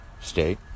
state